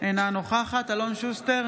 אינה נוכחת אלון שוסטר,